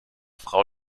frau